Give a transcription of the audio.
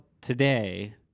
today